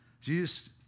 Jesus